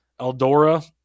Eldora